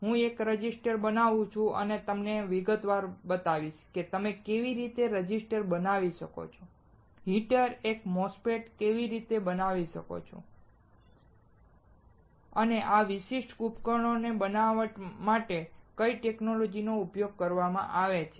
હું એક રેઝિસ્ટર બનાવું છું અને તમને વિગતવાર બતાવીશ કે તમે કેવી રીતે રેઝિસ્ટર બનાવી શકો છો હીટર એક MOSFET કેવી રીતે બનાવી શકો છો અને આ વિશિષ્ટ ઉપકરણોને બનાવટ માટે કઈ ટેકનોલોજીઓનો ઉપયોગ કરવામાં આવે છે